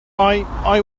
i—i